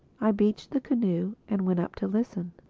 i beached the canoe and went up to listen.